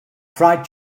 fried